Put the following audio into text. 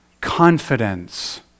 confidence